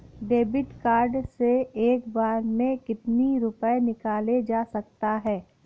David card से एक बार में कितनी रूपए निकाले जा सकता है?